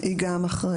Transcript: גם היא אחראית.